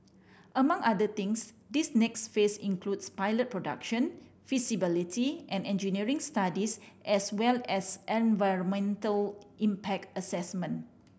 among other things this next phase includes pilot production feasibility and engineering studies as well as environmental impact assessment